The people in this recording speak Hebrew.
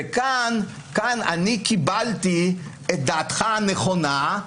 כאן אני קיבלתי את דעתך הנכונה,